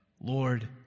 Lord